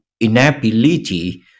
inability